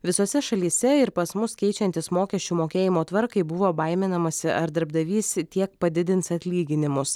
visose šalyse ir pas mus keičiantis mokesčių mokėjimo tvarkai buvo baiminamasi ar darbdavys tiek padidins atlyginimus